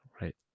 right